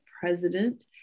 president